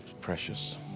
Precious